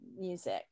music